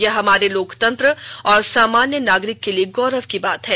यह हमारे लोकतंत्र और सामान्य नागरिक के लिए गौरव की बात है